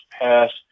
passed